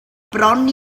bron